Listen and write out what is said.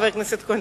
חבר הכנסת כהן,